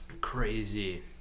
Crazy